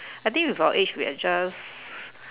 I think with our age we are just